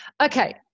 Okay